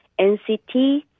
NCT